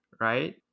Right